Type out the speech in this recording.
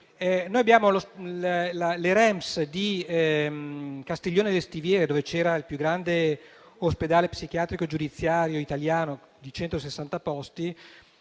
Noi abbiamo la REMS di Castiglione delle Stiviere, dove c'era il più grande ospedale psichiatrico giudiziario italiano, di 160 posti.